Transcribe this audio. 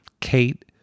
Kate